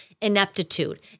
ineptitude